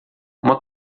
uma